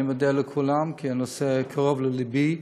אני מודה לכולם, כי הנושא קרוב ללבי.